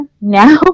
now